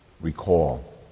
recall